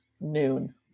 noon